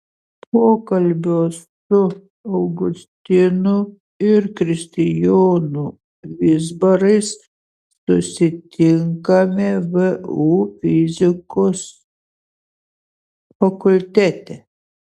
pokalbio su augustinu ir kristijonu vizbarais susitinkame vu fizikos fakultete